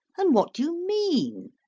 and what do you mean?